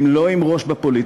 הם לא עם ראש בפוליטיקה,